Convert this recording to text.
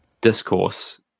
discourse